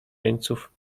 jeńców